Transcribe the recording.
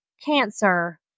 cancer